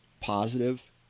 positive